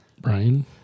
Brian